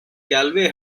galway